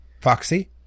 foxy